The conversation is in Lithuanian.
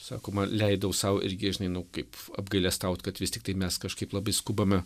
sakoma leidau sau irgi žinai nu kaip apgailestaut kad vis tiktai mes kažkaip labai skubame